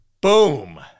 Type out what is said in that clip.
Boom